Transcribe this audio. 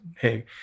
hey